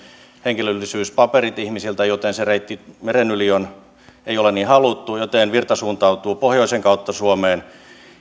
henkilöllisyyspaperit ihmisiltä joten se reitti meren yli ei ole niin haluttu joten virta suuntautuu pohjoisen kautta suomeen